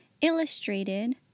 Illustrated